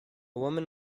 woman